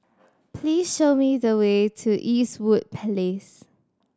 please show me the way to Eastwood Place